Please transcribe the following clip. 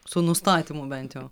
su nustatymu bent jau